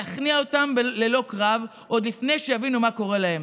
להכניע אותם ללא קרב עוד לפני שיבינו מה קורה להם.